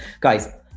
guys